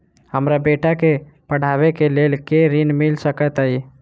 हमरा बेटा केँ पढ़ाबै केँ लेल केँ ऋण मिल सकैत अई?